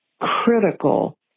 critical